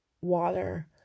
water